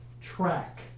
track